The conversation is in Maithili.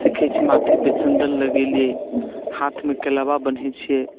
सीखैत छियै माथेपर चन्दन लगेलियै हाथमे कलावा बन्हैत छियै